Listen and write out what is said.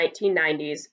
1990s